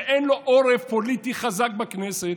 שאין לו עורף פוליטי חזק בכנסת,